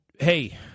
hey